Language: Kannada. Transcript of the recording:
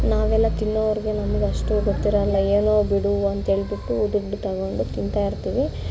ನಾವೆಲ್ಲ ತಿನ್ನೋರಿಗೂ ನಮಗಷ್ಟು ಗೊತ್ತಿರಲ್ಲ ಏನೋ ಬಿಡು ಅಂಥೇಳ್ಬಿಟ್ಟು ದುಡ್ಡು ತೊಗೊಂಡೋಗಿ ತಿಂತಾಯಿರ್ತೀವಿ